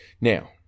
Now